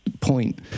point